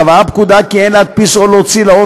קבעה הפקודה כי אין להדפיס או להוציא לאור